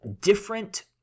different